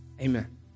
amen